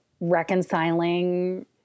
reconciling